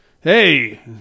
Hey